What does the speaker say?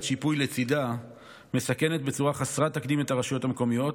שיפוי לצידה מסכנת בצורה חסרת תקדים את הרשויות המקומיות,